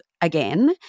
again